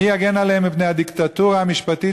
מי יגן עליהם מפני הדיקטטורה המשפטית,